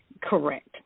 Correct